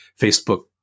Facebook